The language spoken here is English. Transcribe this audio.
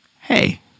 hey